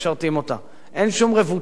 אין שום רבותא ואין שום קשר.